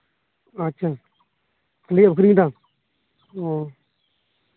ᱟᱪᱪᱷᱟ ᱱᱤᱭᱟᱹ ᱟᱹᱠᱷᱨᱤᱧ ᱫᱟᱢ ᱚᱸᱻ